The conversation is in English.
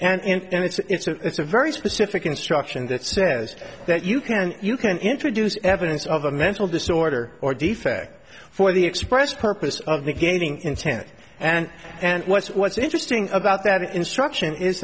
briefs and it's a very specific instruction that says that you can you can introduce evidence of a mental disorder or defect for the express purpose of negating intent and and what's what's interesting about that instruction is